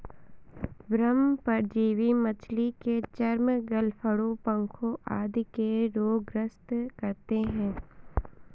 बाह्य परजीवी मछली के चर्म, गलफडों, पंखों आदि के रोग ग्रस्त करते है